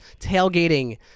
tailgating